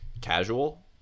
casual